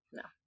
no